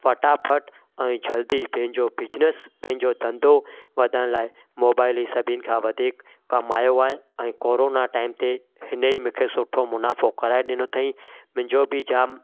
फटाफटि ऐं जल्दी पंहिंजो बिज़निस पंहिंजो धंधो वधाइण लाइ मोबाइल ई सभिनि खां वधीक कमु आयो आहे ऐं कोरोना टाइम ते हिन ई मूंखे सुठो मुनाफ़ो कराए ॾिनो अथईं मुंहिंजो बि जामु